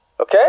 okay